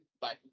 Bye